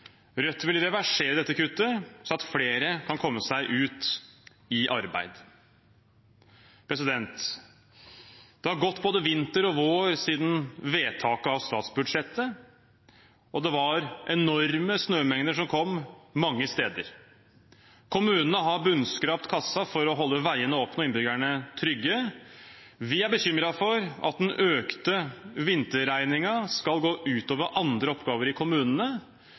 Rødt vil reversere dette kuttet, slik at flere kan komme seg ut i arbeid. Det har gått både vinter og vår siden vedtaket av statsbudsjettet. Det var enorme snømengder som kom mange steder. Kommunene har bunnskrapt kassa for å holde veiene åpne og innbyggerne trygge. Vi er bekymret for at den økte vinterregningen skal gå ut over andre oppgaver i kommunene,